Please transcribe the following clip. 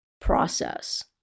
Process